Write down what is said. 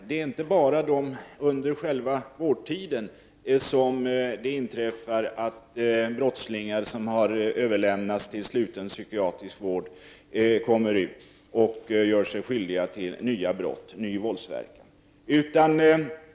Det är inte bara under själva vårdtiden som brottslingar, överlämnade till sluten psykiatrisk vård, kommer ut i frihet och gör sig skyldiga till nya våldsbrott.